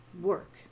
work